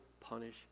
punish